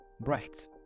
Right